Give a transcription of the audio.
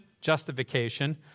justification